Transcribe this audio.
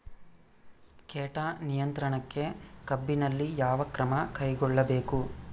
ಕೇಟ ನಿಯಂತ್ರಣಕ್ಕಾಗಿ ಕಬ್ಬಿನಲ್ಲಿ ಯಾವ ಕ್ರಮ ಕೈಗೊಳ್ಳಬೇಕು?